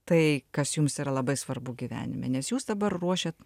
tai kas jums yra labai svarbu gyvenime nes jūs dabar ruošiat